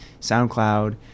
SoundCloud